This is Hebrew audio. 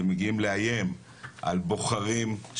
הם מגיעים לאיים על בוחרים,